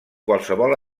qualsevol